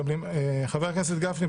חבר הכנסת גפני,